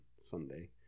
Sunday